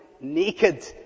naked